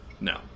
No